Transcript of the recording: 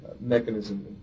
mechanism